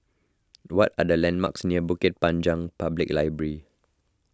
what are the landmarks near Bukit Panjang Public Library